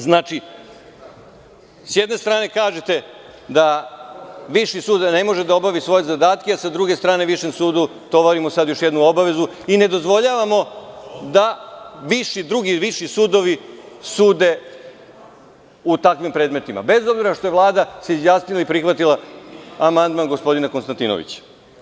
Znači, s jedne strane kažete da Viši sud ne može da obavi svoje zadatke a sa druge strane Višem sudu tovarimo još jednu obavezu i ne dozvoljavamo da drugi viši sudovi sude u takvim predmetima, bez obzira što je Vlada se izjasnila i prihvatila amandman gospodina Konstantinovića.